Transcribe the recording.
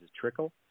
trickle